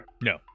No